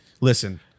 Listen